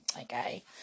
okay